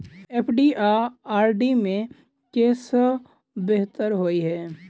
FD आ RD मे केँ सा बेहतर होइ है?